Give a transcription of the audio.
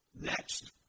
Next